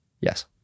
Yes